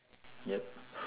yup